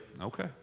okay